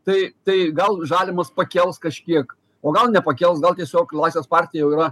tai tai gal žalimas pakels kažkiek o gal nepakels gal tiesiog laisvės partija jau yra